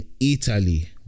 Italy